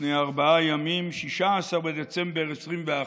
לפני ארבעה ימים, 16 בדצמבר 2021,